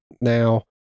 now